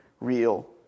real